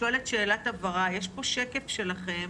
יש פה שקף שלכם